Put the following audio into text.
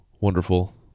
Wonderful